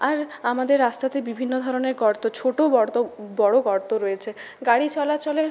আর আমাদের রাস্তাতে বিভিন্ন ধরনের গর্ত ছোটো গর্ত বড়ো গর্ত রয়েছে গাড়ি চলাচলের